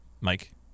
mike